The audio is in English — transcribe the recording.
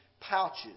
pouches